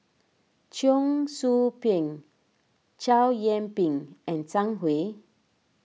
Cheong Soo Pieng Chow Yian Ping and Zhang Hui